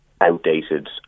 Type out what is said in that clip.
outdated